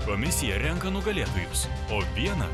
komisija renka nugalėtojus po vieną